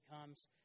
comes